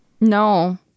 No